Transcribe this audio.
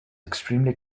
extremely